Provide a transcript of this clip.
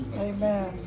Amen